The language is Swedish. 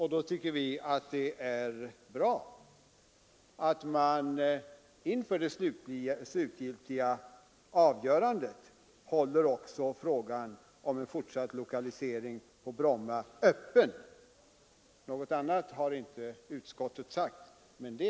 Då tycker vi att det är bra att man inför det slutgiltiga avgörandet håller också frågan om en fortsatt lokalisering på Bromma öppen. Något annat än detta har utskottet inte sagt.